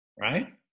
Right